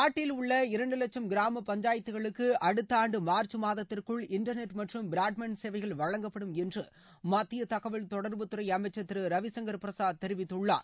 நாட்டில் உள்ள இரண்டு லட்சம் கிராம பஞ்சாயத்துகளுக்கு அடுத்த ஆணடு மார்ச் மாதத்திற்குள் இன்டர்நெட் மற்றும் ப்ராட்பேண்ட் சேவைகள் வழங்கப்படும் என்று மத்திய தகவல் தொடர்புத்துறை அமைச்சர் திரு ரவிசங்கள் பிரசாத் தெரிவித்துள்ளார்